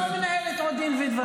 בטח --- אני לא מנהל אתו דין ודברים.